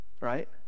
right